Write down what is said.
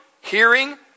hearing